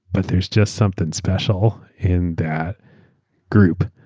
but there's just something special in that group.